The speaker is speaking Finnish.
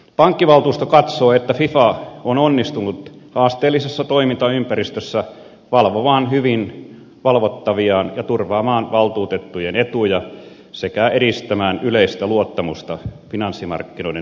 pankkivaltuusto katsoo että fiva on onnistunut haasteellisessa toimintaympäristössä valvomaan hyvin valvottaviaan ja turvaamaan valtuutettujen etuja sekä edistämään yleistä luottamusta finanssimarkkinoiden